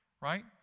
right